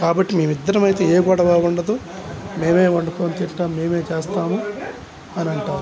కాబట్టి మేము ఇద్దరమైతే ఏ గొడవ ఉండదు మేమే వండుకొని తింటాము మేమే చేస్తాము అని అంటాము